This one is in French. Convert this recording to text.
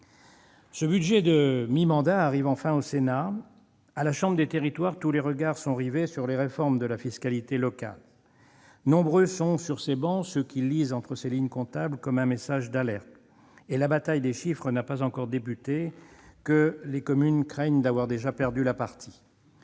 de budget de mi-mandat arrive enfin au Sénat. À la chambre des territoires, tous les regards sont rivés sur les réformes de la fiscalité locale. Nombreux sur ses travées sont ceux qui lisent entre ces lignes comptables comme un message d'alerte, et la bataille des chiffres n'a pas encore débuté que les communes craignent d'avoir déjà perdu la partie.